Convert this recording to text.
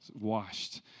washed